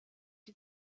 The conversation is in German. die